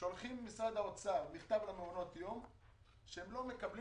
שולחים ממשרד האוצר מכתב למעונות היום שהם לא מקבלים